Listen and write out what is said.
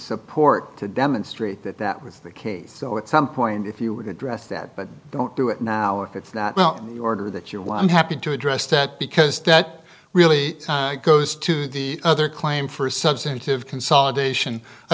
support to demonstrate that that was the case so it's some point if you would address that but don't do it now if it's not well order that you're what i'm happy to address that because that really goes to the other claim for a substantive consolidation i